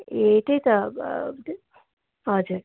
ए त्यही त हजुर